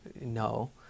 no